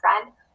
friend